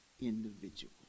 individual